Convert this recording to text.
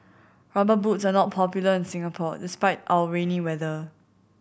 Rubber Boots are not popular in Singapore despite our rainy weather